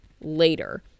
later